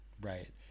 Right